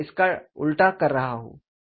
मैं इसका उल्टा कर रहा हूं